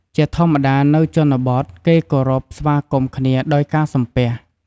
ជាធម្មតានៅជនបទ គេគោរព ស្វាគមន៍គ្នាដោយការសំពះ។